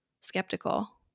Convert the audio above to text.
skeptical